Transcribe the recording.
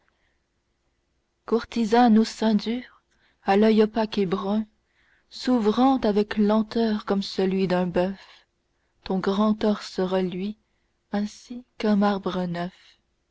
courtisane au sein dur à l'oeil opaque et brun s'ouvrant avec lenteur comme celui d'un boeuf ton grand torse reluit ainsi qu'un marbre neuf